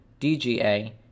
DGA